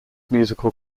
musical